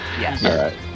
Yes